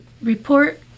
report